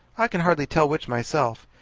i can hardly tell which myself.